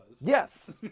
Yes